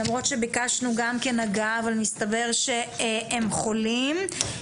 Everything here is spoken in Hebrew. למרות שביקשנו גם כן הגעה, אבל מסתבר שהם חולים.